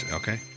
okay